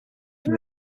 from